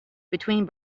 between